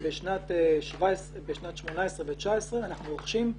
בשנת 2018 ו-2019 אנחנו רוכשים.